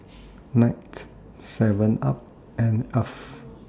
Knight Seven up and Alf